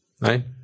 Right